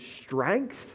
strength